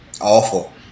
awful